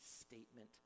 statement